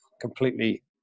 completely